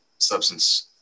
substance